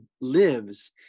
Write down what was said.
lives